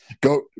go